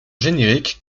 génériques